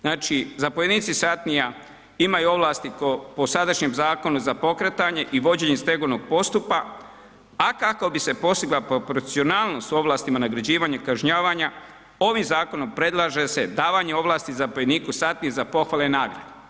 Znači zapovjednici satnija imaju ovlasti po sadašnjem zakonu za pokretanje i vođenje stegovnog postupka a kako bi se postigla proporcijalnost u ovlastima nagrađivanja i kažnjavanja ovim zakonom predlaže se davanje ovlasti zapovjedniku satnije za pohvale i nagrade.